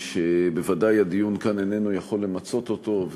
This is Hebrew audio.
שבוודאי הדיון כאן איננו יכול למצות אותו,